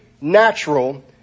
natural